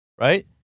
Right